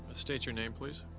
state your name, please.